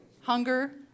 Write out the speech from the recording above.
Hunger